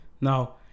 Now